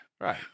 Right